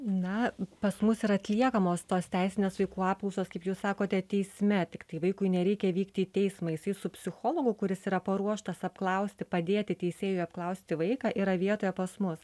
na pas mus ir atliekamos tos teisinės vaikų apklausos kaip jūs sakote teisme tiktai vaikui nereikia vykti į teismą jisai su psichologu kuris yra paruoštas apklausti padėti teisėjui apklausti vaiką yra vietoje pas mus